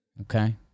Okay